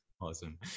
Awesome